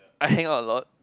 I hangout a lot